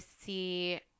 see